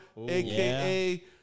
AKA